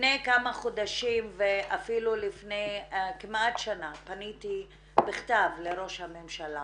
לפני כמה חודשים ואפילו לפני כמעט שנה פניתי בכתב לראש הממשלה,